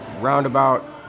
roundabout